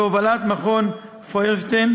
בהובלת מכון פוירשטיין,